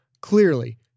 clearly